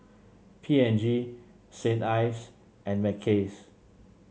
P and G Saint Ives and Mackays